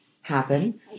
happen